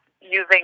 using